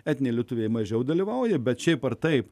etniniai lietuviai mažiau dalyvauja bet šiaip ar taip